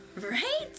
Right